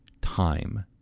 time